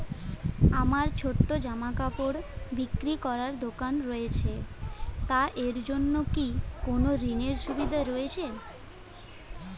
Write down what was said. আমার ছোটো জামাকাপড় বিক্রি করার দোকান রয়েছে তা এর জন্য কি কোনো ঋণের সুবিধে রয়েছে?